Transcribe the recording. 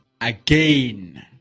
again